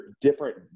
different